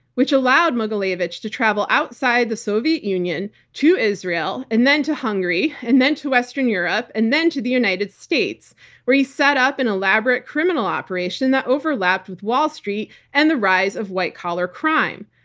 which allowed mogilevich to travel outside the soviet union to israel, and then to hungary, and then to western europe, and then to the united states where he set up an elaborate criminal operation that overlapped with wall street and the rise of white-collar crime.